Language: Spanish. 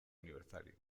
aniversario